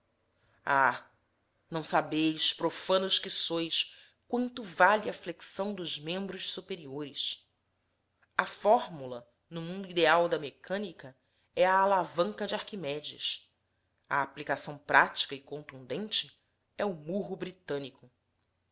ah não sabeis profanos que sois quanto vale a flexão dos membros superiores a fórmula no mundo ideal da mecânica é a alavanca de arquimedes da aplicação prática e contundente é o marro britânico